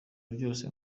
byose